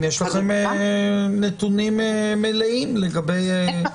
אם יש לכם נתונים מלאים לגבי --- בטח,